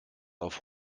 auf